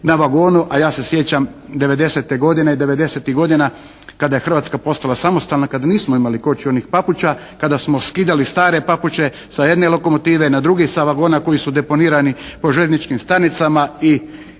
na vagonu, a ja se sjećam '90. godine, 90-tih godina kada je Hrvatska postala samostalna, kada nismo imali kočionih papuča, kada smo skidali stare papuče sa jedne lokomotive na drugi, sa vagona koji su deponirani po željezničkim stanicama i